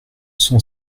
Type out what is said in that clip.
cent